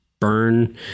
Burn